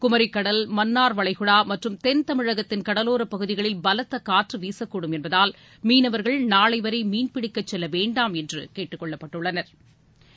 குமி கடல் மன்னார் வளைகுடா மற்றும் தென் தமிழகத்தின் கடலோரப் பகுதிகளில் பலத்த காற்று வீசக்கூடும் என்பதால் மீனவர்கள் நாளைவரை மீன் பிடிக்கச் செல்ல வேண்டாம் என்று கேட்டுக்கொள்ளப்பட்டுள்ளனா்